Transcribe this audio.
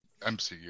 mcu